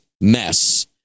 mess